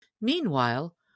Meanwhile